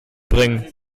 bringen